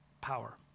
power